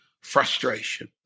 frustration